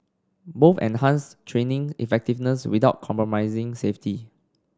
both enhanced training effectiveness without compromising safety